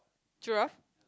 giraffe